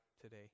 today